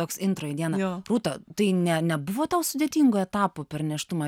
toks intro į dieną rūta tai ne nebuvo tau sudėtingų etapų per nėštumą